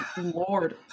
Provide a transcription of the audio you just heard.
lord